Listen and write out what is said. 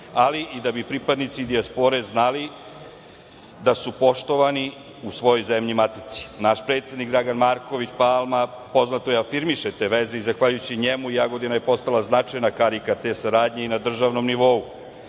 ali i da bi pripadnici dijaspore znali da su poštovani u svojoj zemlji matici. Naš predsednik Dragan Marković Palma, poznato je, afirmiše te veze. Zahvaljujuće njemu Jagodina je postala značajan karika te saradnje i na državnom nivou.